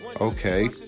Okay